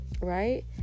right